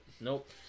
Nope